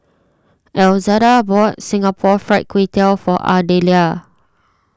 Elzada bought Singapore Fried Kway Tiao for Ardelia